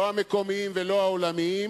לא המקומיים ולא העולמיים,